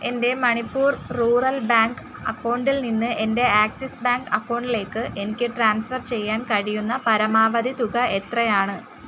എന്റെ Manipur rural bank അക്കൗണ്ടിൽ നിന്ന് എന്റെ ആക്സിസ് ബാങ്ക് അക്കൗണ്ടിലേക്ക് എനിക്ക് ട്രാൻസ്ഫർ ചെയ്യാൻ കഴിയുന്ന പരമാവധി തുക എത്രയാണ്